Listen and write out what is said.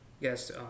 Yes